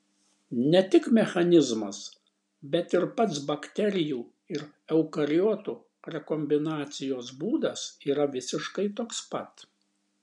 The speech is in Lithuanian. ne tik mechanizmas bet ir pats bakterijų ir eukariotų rekombinacijos būdas yra visiškai toks pat